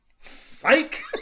Psych